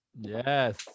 yes